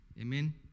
Amen